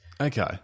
Okay